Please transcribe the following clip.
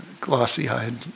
glossy-eyed